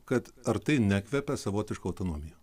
kad ar tai nekvepia savotiška autonomija